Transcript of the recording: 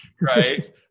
right